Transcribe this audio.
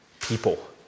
people